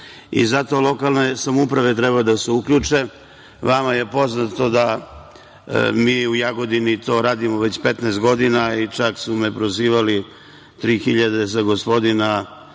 i zato lokalne samouprave treba da se uključe. Vama je poznato da mi u Jagodini to radimo već 15 godina i čak su me prozivali – tri